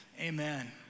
amen